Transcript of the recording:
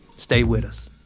stay with us.